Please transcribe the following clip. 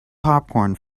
popcorn